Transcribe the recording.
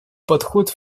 подход